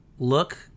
look